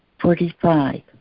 Forty-five